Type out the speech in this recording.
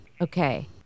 Okay